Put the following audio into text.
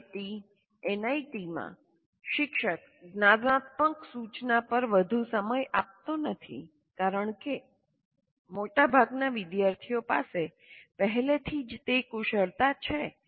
IIT એનઆઈટીમાં શિક્ષક જ્ઞાનાત્મક સૂચના પર વધુ સમય આપતો નથી કારણ કે મોટાભાગના વિદ્યાર્થીઓ પાસે પહેલાથી તે કુશળતા છે